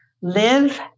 live